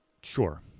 Sure